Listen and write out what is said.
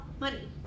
money